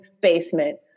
basement